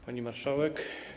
Pani Marszałek!